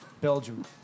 Belgium